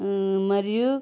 మరియు